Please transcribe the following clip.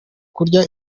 kurya